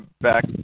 back